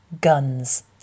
Guns